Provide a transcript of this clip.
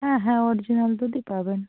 হ্যাঁ হ্যাঁ অরজিনাল দুধই পাবেন